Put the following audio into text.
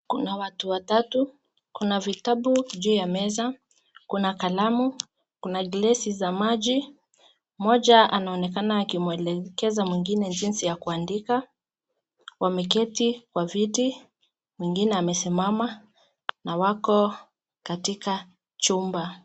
Kuna watu watatu, kuna vitabu juu ya meza, kuna kalamu, kuna glesi za maji, mmoja anaonekana akimwelekeza mwengine jinsi ya kuandika, wameketi kwa viti, mwengine amesimama na wako katika chumba.